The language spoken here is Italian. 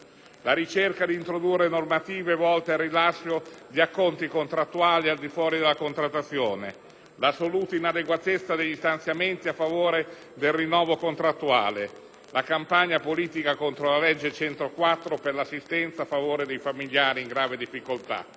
la ricerca di introdurre normative volte al rilascio di acconti contrattuali al di fuori della contrattazione collettiva; l'assoluta inadeguatezza degli stanziamenti a favore del rinnovo contrattuale per i dipendenti pubblici; la campagna politica contro la legge n. 104 del 1992 per l'assistenza a favore dei familiari in grave difficoltà;